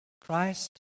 Christ